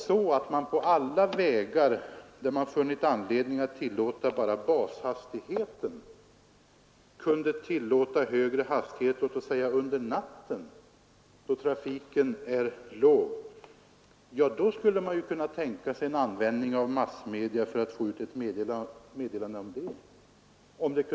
Om man för alla vägar med bashastighet får anledning att tillåta högre hastighet under natten då trafiken är låg, kunde man tänka sig att använda massmedia för att få ut ett meddelande härom.